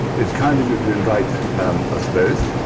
it's kind of you to invite us both,